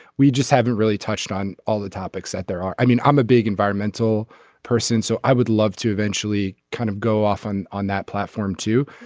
we just haven't really touched on all the topics that there are. i mean i'm a big environmental person so i would love to eventually kind of go off on on that platform too.